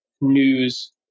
news